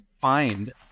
find